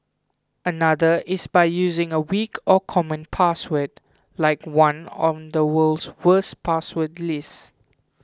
another is by using a weak or common password like one on the world's worst password list